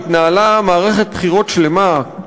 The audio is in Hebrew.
התנהלה מערכת בחירות שלמה,